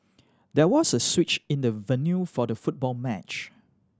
there was a switch in the venue for the football match